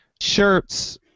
shirts